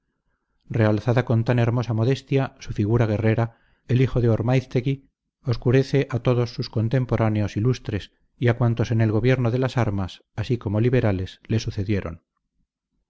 realzada con tan hermosa modestia su figura guerrera el hijo de ormáiztegui obscurece a todos sus contemporáneos ilustres y a cuantos en el gobierno de las armas así como liberales le sucedieron